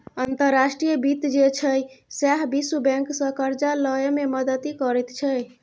अंतर्राष्ट्रीय वित्त जे छै सैह विश्व बैंकसँ करजा लए मे मदति करैत छै